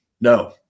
No